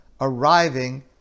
arriving